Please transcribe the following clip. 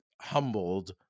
humbled